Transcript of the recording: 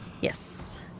Yes